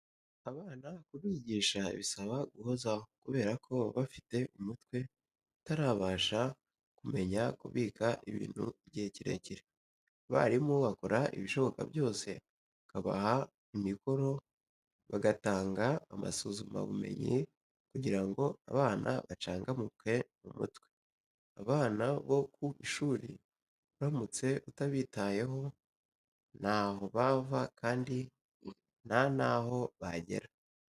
Abana kubigisha bisaba guhozaho kubera ko baba bafite umutwe utarabasha kumenya kubika ibintu igihe kirekire. Abarimu bakora ibishoboka byose bakabaha imikoro, bagatanga amasuzumabumenyi kugira ngo abana bacangamuke mu mutwe. Abana bo ku ishuri uramutse utabitayeho ntaho bava kandi nta n'aho bagera.